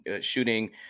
shooting